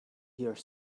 here